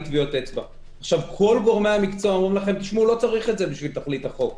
התנועה לזכויות דיגיטליות שמענו כבר נציג,